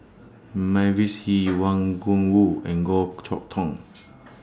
Mavis Hee Wang Gungwu and Goh Chok Tong